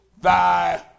thy